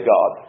God